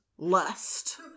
Lust